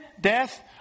death